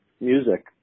music